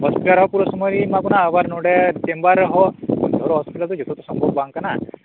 hospital ᱨᱮᱦᱚᱸ ᱯᱩᱨᱟᱹ ᱥᱚᱢᱚᱭ ᱞᱤᱧ ᱮᱢᱟ ᱠᱚ ᱠᱟᱱᱟ ᱟᱵᱟᱨ ᱱᱚᱸᱰᱮ ᱪᱮᱢᱵᱮᱨ ᱨᱮᱦᱚᱸ ᱫᱷᱚᱨᱚ ᱦᱚᱸᱥᱯᱤᱴᱟᱞ ᱨᱮᱛᱚ ᱡᱷᱚᱛᱚ ᱛᱚ ᱥᱚᱢᱵᱷᱚᱵᱽ ᱵᱟᱝ ᱠᱟᱱᱟ